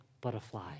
butterfly